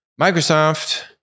Microsoft